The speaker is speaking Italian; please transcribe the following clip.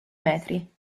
metri